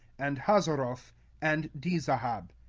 and hazeroth, and dizahab.